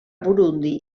burundi